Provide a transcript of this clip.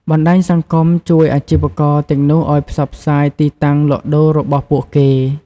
បណ្តាញសង្គមជួយអាជីវករទាំងនោះឱ្យផ្សព្វផ្សាយទីតាំងលក់ដូររបស់ពួកគេ ។